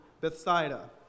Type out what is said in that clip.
Bethsaida